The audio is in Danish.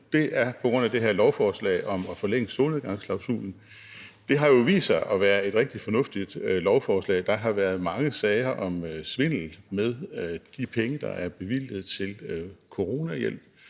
det er på grund af det her lovforslag om at forlænge solnedgangsklausulen. Det har jo vist sig at være et rigtig fornuftigt lovforslag. Der har været mange sager om svindel med de penge, der er bevilget til coronahjælp,